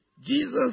Jesus